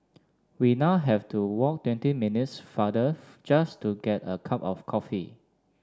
we now have to walk twenty minutes farther just to get a cup of coffee